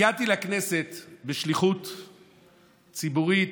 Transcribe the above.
הגעתי לכנסת בשליחות ציבורית.